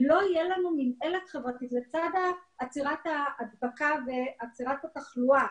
אם לא תהיה לנו מִנהלת חברתית לצד עצירת ההדבקה ועצירת התחלואה,